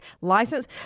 license